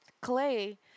clay